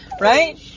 Right